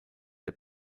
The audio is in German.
der